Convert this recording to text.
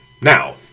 Now